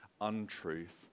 untruth